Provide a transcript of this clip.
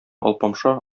алпамша